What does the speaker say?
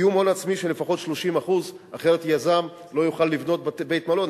קיום הון עצמי של לפחות 30% אחרת יזם לא יוכל לבנות בית-מלון,